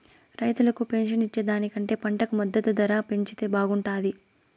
రైతులకు పెన్షన్ ఇచ్చే దానికంటే పంటకు మద్దతు ధర పెంచితే బాగుంటాది